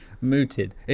mooted